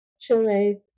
Chile